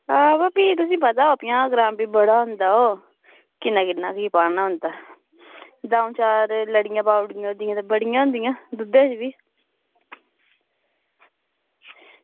आं भी तुसेंगी पता पंजाह् ग्राम बड़ा होंदा ओह् किन्ना किन्ना भी पाना होंदा दंऊ चार लड़ियां पाई ओड़ियां बड़ियां होंदियां